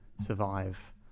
survive